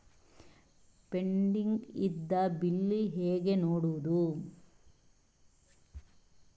Pending ಇದ್ದ bill ಹೇಗೆ ನೋಡುವುದು?